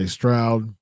Stroud